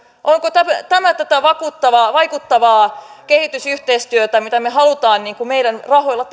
onko tämä vaikuttavaa vaikuttavaa kehitysyhteistyötä jota me haluamme meidän rahoillamme